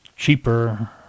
Cheaper